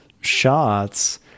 shots